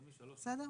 בסדר?